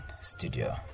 studio